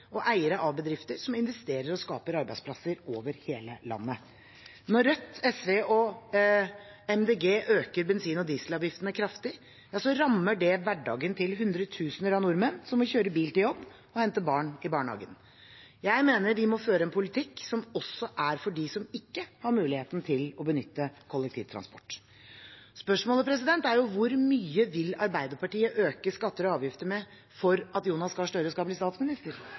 og eiere av bedrifter som investerer og skaper arbeidsplasser over hele landet. Når Rødt, SV og Miljøpartiet De Grønne øker bensin- og dieselavgiftene kraftig, rammer det hverdagen til hundretusener av nordmenn som må kjøre bil til jobb og hente barn i barnehagen. Jeg mener vi må føre en politikk også for dem som ikke har muligheten til å benytte kollektivtransport. Spørsmålet er hvor mye Arbeiderpartiet vil øke skatter og avgifter for at Jonas Gahr Støre skal bli statsminister.